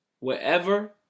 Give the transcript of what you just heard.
wherever